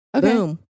Boom